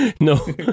No